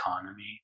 Economy